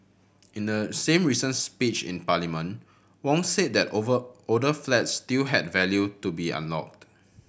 in the same recent speech in Parliament Wong said that over older flats still had value to be unlocked